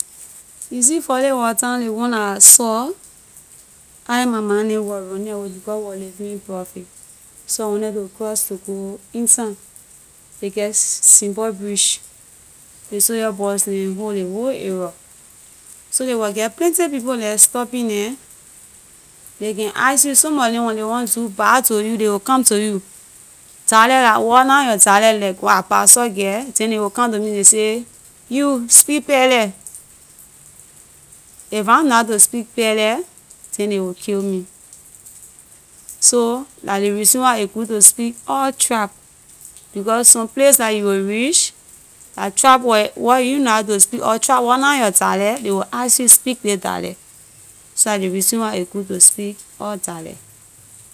You see for ley war time ley one la I saw I and my ma neh we was running away because we was living in brewerville so we wanted to cross to go in town ley get st. Paul bridge ley soldier boys neh hold ley whole area so ley was get plenty people leh stopping neh ley can ask you some of neh when ley want do bad to you ley will come to you dialect la where na your dialect like I bassa girl then ley come to me ley say you speak kpelleh if I na know how to speak kpelleh then ley will kill me so la ley reason why a good to speak all tribe because some place la you will reach la tribe where where you na know how to speak or tribe where na your dialect ley will ask you speak ley dialect so la ley reason why a good to speak all dialect.